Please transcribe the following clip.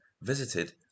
Visited